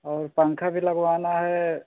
और पंखा भी लगवाना है